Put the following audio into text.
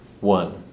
one